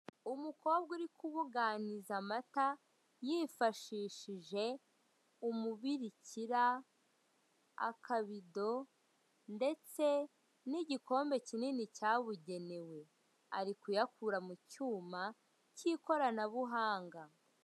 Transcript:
Umukobwa uri kubuganiza amata yifashishije umubirikira, akabido ndetse n'igikombe kinini cyabugenewe. Ari kuyakura mu cyuma cy'ikoranabuhanga.